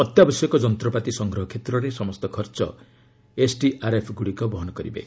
ଅତ୍ୟାବଶ୍ୟକ ଯନ୍ତ୍ରପାତି ସଂଗ୍ରହ କ୍ଷେତ୍ରରେ ସମସ୍ତ ଖର୍ଚ୍ଚ ଏସ୍ଡିଆର୍ଏଫ୍ଗୁଡ଼ିକ ବହନ କରିବେ